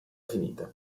finita